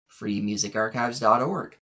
freemusicarchives.org